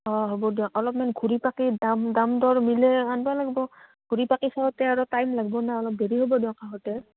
অঁ হ'ব দিয়ক অলপমান ঘূৰি পাকি দাম দাম দৰ মিলে আনবা লাগব ঘূৰি পাকি চাওঁতে আৰু টাইম লাগব না অলপ দেৰি হ'ব দিয়ক আহোঁতে